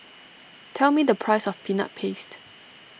tell me the price of Peanut Paste